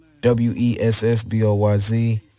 W-E-S-S-B-O-Y-Z